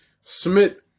Smith